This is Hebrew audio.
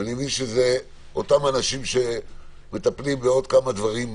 ושזה אותם אנשים שמטפלים בעוד דברים,